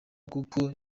kuko